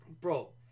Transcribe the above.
Bro